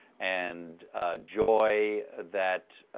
and joy that